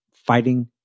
fighting